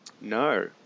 No